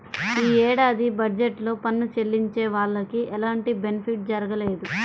యీ ఏడాది బడ్జెట్ లో పన్ను చెల్లించే వాళ్లకి ఎలాంటి బెనిఫిట్ జరగలేదు